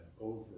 over